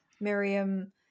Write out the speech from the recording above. Miriam